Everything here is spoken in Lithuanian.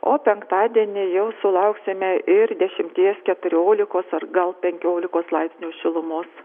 o penktadienį jau sulauksime ir dešimties keturiolikos ar gal penkiolikos laipsnių šilumos